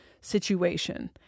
situation